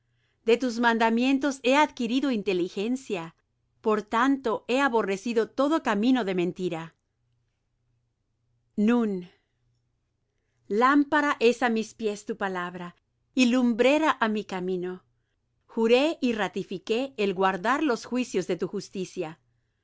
de tus mandamientos he adquirido inteligencia por tanto he aborrecido todo camino de mentira lámpara es á mis pies tu palabra y lumbrera á mi camino juré y ratifiqué el guardar los juicios de tu justicia